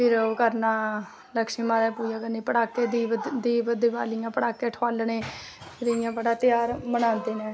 फिर ओह् करना लक्षमी माता दा पूजा करनी पटाके दीप दिवालियां पटाके ठोआलने फिर इयां बड़ा ध्यार मनांदे नै